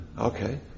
Okay